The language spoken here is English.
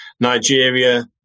Nigeria